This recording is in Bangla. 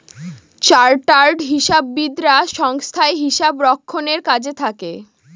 চার্টার্ড হিসাববিদরা সংস্থায় হিসাব রক্ষণের কাজে থাকে